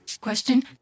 question